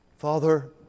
Father